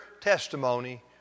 testimony